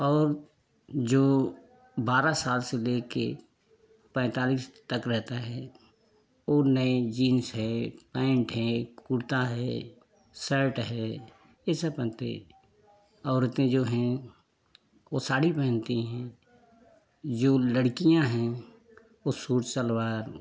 और जो बारह साल से लेके पैतालीस तक रहता है और नए जींस है पेंट है कुर्ता है सर्ट है ये सब पहनते हैं औरतें जो हैं वो साड़ी पहनती हैं जो लड़कियाँ हैं वो सूट सलवार